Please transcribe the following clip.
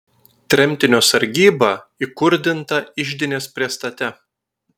tremtinio sargyba įkurdinta iždinės priestate